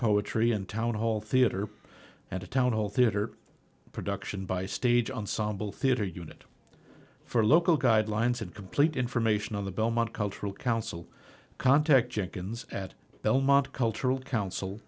poetry and town hall theater and a town hall theatre production by stage ensemble theater unit for local guidelines and complete information on the belmont cultural council contact jenkins at belmont cultural coun